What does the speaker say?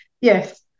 Yes